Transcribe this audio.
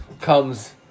Comes